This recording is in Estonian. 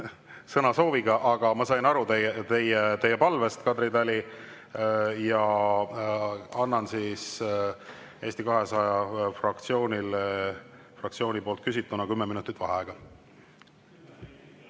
sõnasooviga. Aga ma sain aru teie palvest, Kadri Tali. Annan Eesti 200 fraktsioonile fraktsiooni poolt küsituna kümme minutit vaheaega.